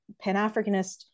Pan-Africanist